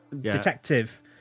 detective